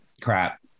crap